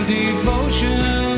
devotion